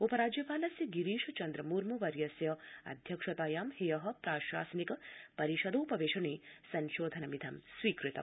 उपराज्यपालस्य गिरीश चन्द्र मर्म वर्यस्य अध्यक्षतायां ह्य प्राशासनिक परिषदोपवेशने संशोधनमिद स्वीकृतम्